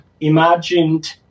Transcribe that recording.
imagined